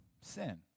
sin